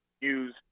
use